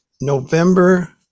November